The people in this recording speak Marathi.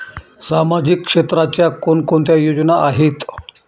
सामाजिक क्षेत्राच्या कोणकोणत्या योजना आहेत?